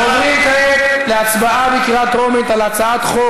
אנחנו עוברים כעת להצבעה על הצעת חוק